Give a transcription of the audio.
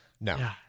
No